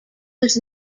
was